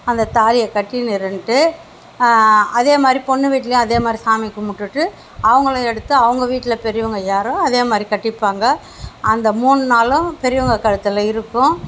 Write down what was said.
அந்த தாலியை கட்டின்ட்ருந்துட்டு அதேமாதிரி பொண்ணு வீட்டிலேயும் அதேமாதிரியே சாமி கும்பிட்டுட்டு அவங்களும் எடுத்து அவங்க வீட்டில் பெரியவங்க யாரோ அதேமாதிரியே கட்டிப்பாங்க அந்த மூணு நாளும் பெரியவங்க கழுத்தில் இருக்கும்